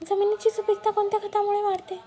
जमिनीची सुपिकता कोणत्या खतामुळे वाढते?